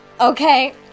Okay